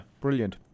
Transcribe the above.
brilliant